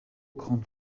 grand